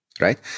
right